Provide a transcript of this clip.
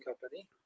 company